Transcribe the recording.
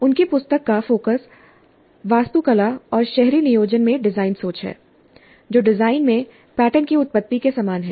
उनकी पुस्तक का फोकस वास्तुकला और शहरी नियोजन में डिजाइन सोच है जो डिजाइन में पैटर्न की उत्पत्ति के समान है